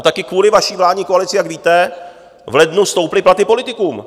Také kvůli vaší vládní koalici, jak víte, v lednu stouply platy politikům.